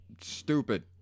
stupid